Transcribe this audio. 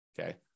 okay